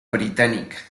británica